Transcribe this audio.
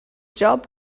job